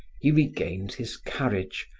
he regained his carriage,